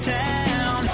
town